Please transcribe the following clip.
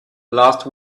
last